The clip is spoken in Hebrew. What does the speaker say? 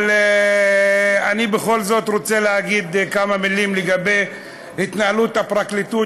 אבל אני בכל זאת רוצה להגיד כמה מילים לגבי התנהלות הפרקליטות,